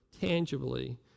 tangibly